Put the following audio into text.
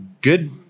Good